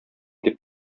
дип